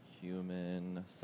Human